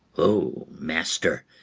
o, master,